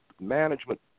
management